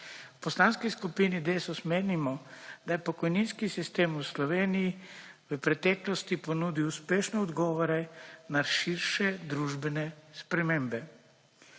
V Poslanski skupini Desus menimo, da je pokojninski sistem v Sloveniji v preteklosti ponudil uspešne odgovore na širše družbene spremembe.